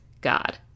God